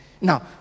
Now